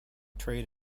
trade